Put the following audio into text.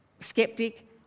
Skeptic